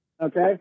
Okay